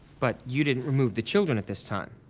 but you didn't remove the children at this time?